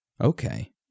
Okay